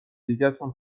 دیگتون